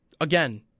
again